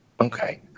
Okay